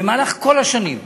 במהלך כל השנים,